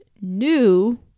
new